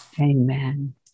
Amen